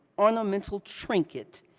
ornamental trinket,